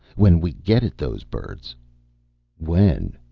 when we get at those birds when,